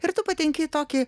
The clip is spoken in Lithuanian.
ir tu patenki į tokį